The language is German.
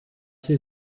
sie